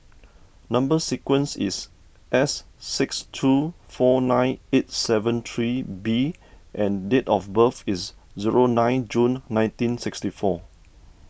Number Sequence is S six two four nine eight seven three B and date of birth is zero nine June nineteen sixty four